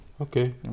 Okay